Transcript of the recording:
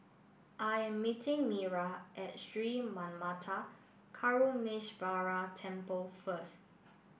I am meeting Mira at Sri Manmatha Karuneshvarar Temple first